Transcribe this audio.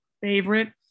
favorite